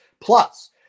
Plus